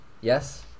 Yes